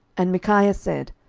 and micaiah said,